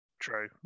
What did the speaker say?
true